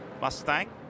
mustang